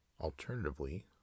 Alternatively